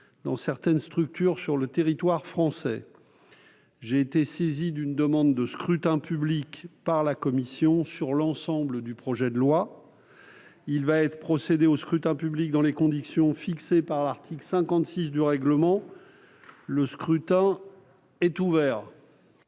dans certaines structures sur le territoire français. J'ai été saisi d'une demande de scrutin public émanant de la commission des affaires sociales. Il va être procédé au scrutin dans les conditions fixées par l'article 56 du règlement. Le scrutin est ouvert.